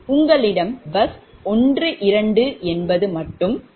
உங்களிடம் bus 1 2 மட்டுமே இல்லை